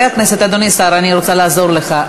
אדוני השר, אני רוצה לעזור לך.